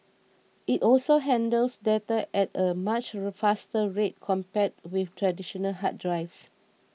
it also handles data at a much faster rate compared with traditional hard drives